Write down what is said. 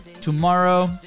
tomorrow